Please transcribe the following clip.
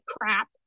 crap